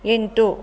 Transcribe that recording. ಎಂಟು